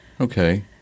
Okay